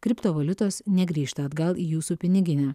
kriptovaliutos negrįžta atgal į jūsų piniginę